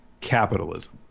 capitalism